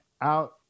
out